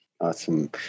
Awesome